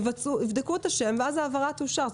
יבדקו את השם ואז ההעברה תאושר.